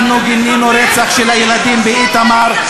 אנחנו גינינו רצח הילדים באיתמר.